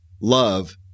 love